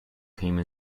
came